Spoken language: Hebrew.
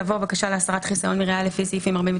יבוא: "בקשה להסרת חיסיון מראיה לפי סעיפים 49,